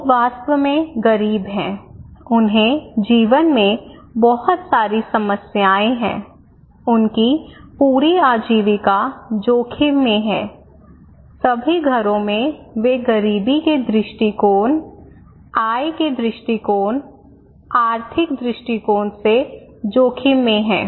लोग वास्तव में गरीब हैं उन्हें जीवन में बहुत सारी समस्याएं हैं उनकी पूरी आजीविका जोखिम में है सभी घरों में वे गरीबी के दृष्टिकोण आय के दृष्टिकोण आर्थिक दृष्टिकोण से जोखिम में हैं